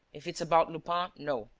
if it's about lupin, no.